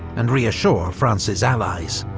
and reassure france's allies.